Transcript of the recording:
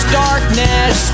darkness